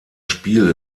spiel